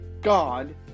God